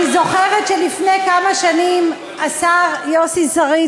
אני זוכרת שלפני כמה שנים השר יוסי שריד,